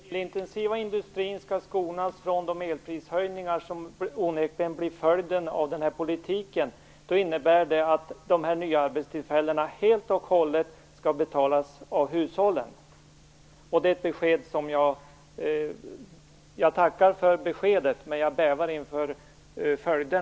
Fru talman! Om den elintensiva industrin skall skonas från de elprishöjningar som onekligen blir följden av den här politiken innebär det att de nya arbetstillfällena helt och hållet skall betalas av hushållen. Jag tackar för det beskedet, men jag bävar inför dess följder.